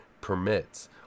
permits